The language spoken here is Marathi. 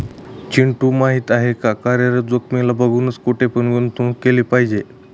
चिंटू माहिती आहे का? कार्यरत जोखीमीला बघूनच, कुठे पण गुंतवणूक केली पाहिजे